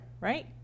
right